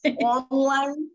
online